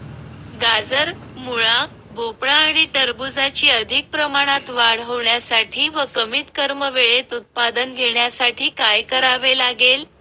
गाजर, मुळा, भोपळा आणि टरबूजाची अधिक प्रमाणात वाढ होण्यासाठी व कमीत कमी वेळेत उत्पादन घेण्यासाठी काय करावे लागेल?